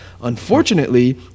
Unfortunately